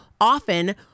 often